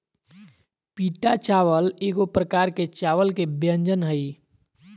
पीटा चावल एगो प्रकार के चावल के व्यंजन हइ